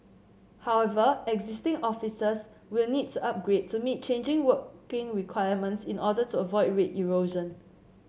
however existing offices will need to upgrade to meet changing working requirements in order to avoid rate erosion